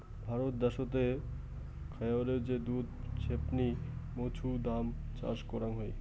ভারত দ্যাশোতে খায়ারে যে দুধ ছেপনি মৌছুদাম চাষ করাং হই